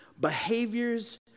Behaviors